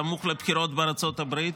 סמוך לבחירות בארצות הברית.